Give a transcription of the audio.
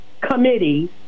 committee